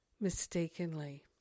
mistakenly